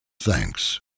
thanks